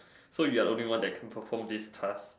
so you're the only one that can perform this task